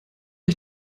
ich